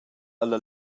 alla